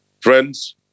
Friends